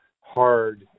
hard